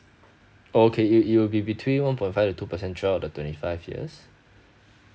okay it it it will be between one point five to two percent throughout the twenty five years